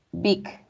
big